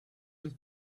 and